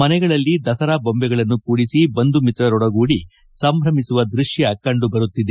ಮನೆಗಳಲ್ಲಿ ದಸರಾ ಬೊಂಬೆಗಳನ್ನು ಕೂಡಿಸಿ ಬಂಧು ಮಿತ್ರರೊಡಗೂಡಿ ಸಂಭ್ರಮಿಸುವ ದೃಶ್ಯ ಕಂಡು ಬರುತ್ತಿದೆ